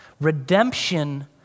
Redemption